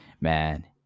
man